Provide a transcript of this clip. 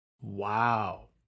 Wow